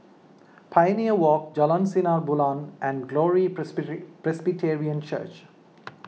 Pioneer Walk Jalan Sinar Bulan and Glory Presbyterian Church